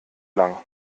lang